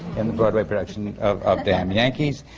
in the broadway production of of damn yankees.